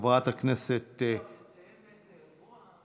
חברת הכנסת אבל תציין באיזה אירוע.